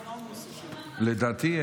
לדעתי,